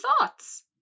thoughts